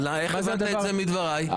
איך הבנת את זה מדברי?